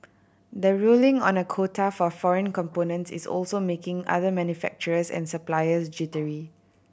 the ruling on a quota for foreign components is also making other manufacturers and suppliers jittery